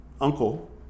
uncle